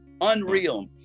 Unreal